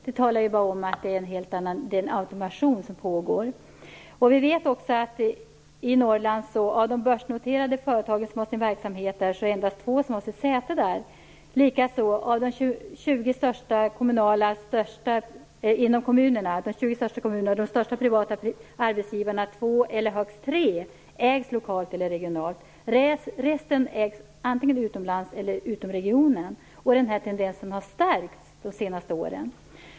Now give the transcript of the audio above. Det visar att det pågår en automation. Vi vet också att endast två av de börsnoterade företag som har sin verksamhet i Norrland har sitt säte där. Likaså ägs två eller högst tre av kommunens 20 största privata arbetsgivare lokalt eller regionalt. Resten ägs antingen utomlands eller utom regionen. Den här tendensen har stärkts under de senaste åren.